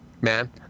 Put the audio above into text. man